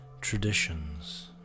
traditions